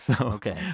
Okay